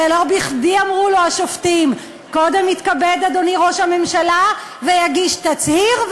ולא בכדי אמרו לו השופטים: קודם יתכבד אדוני ראש הממשלה ויגיש תצהיר,